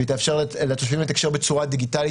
וזה יאפשר לתושבים לתקשר בצורה דיגיטלית